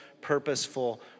purposeful